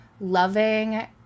loving